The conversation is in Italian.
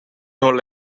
non